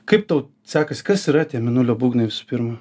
kaip tau sekasi kas yra tie mėnulio būgnai visų pirma